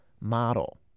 model